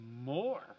more